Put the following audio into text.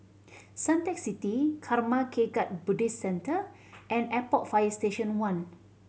Suntec City Karma Kagyud Buddhist Centre and Airport Fire Station One